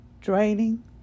draining